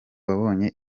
wabonye